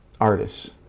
artists